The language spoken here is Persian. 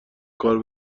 کار